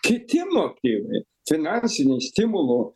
kiti motyvai finansiniai stimulų